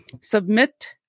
submit